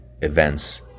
events